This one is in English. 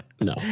No